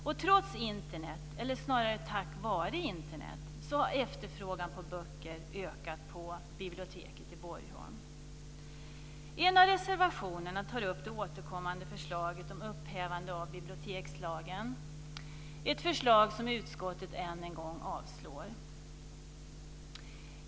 Och trots Internet, eller snarare tack vare Internet, har efterfrågan på böcker ökat på biblioteket i Borgholm. I en av reservationerna tar man upp det återkommande förslaget om upphävande av bibliotekslagen, ett förslag som utskottet än en gång avstyrker.